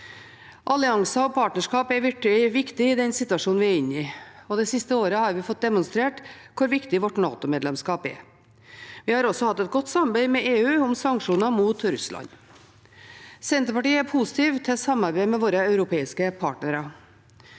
Allianser og partnerskap er virkelig viktig i den situasjonen vi er inne i, og det siste året har vi fått demonstrert hvor viktig vårt NATO-medlemskap er. Vi har også hatt et godt samarbeid med EU om sanksjoner mot Russland. Senterpartiet er positivt til samarbeid med våre europeiske partnere.